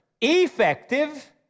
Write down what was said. effective